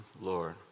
Lord